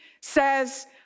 says